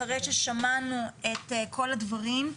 אחרי ששמענו את כל הדברים.